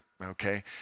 Okay